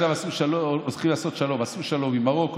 עכשיו הולכים לעשות שלום או עשו שלום עם מרוקו,